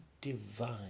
divine